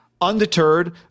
undeterred